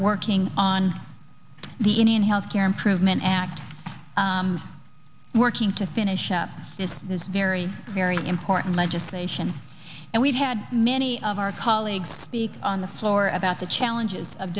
working on the indian health care improvement act working to finish up this is very very important legislation and we've had many of our colleagues speak on the floor about the challenges of